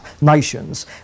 nations